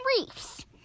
reefs